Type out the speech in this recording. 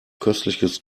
köstliches